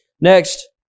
Next